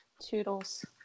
Toodles